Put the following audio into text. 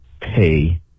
pay